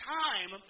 time